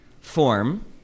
form